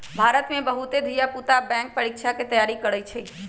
भारत में बहुते धिया पुता बैंक परीकछा के तैयारी करइ छइ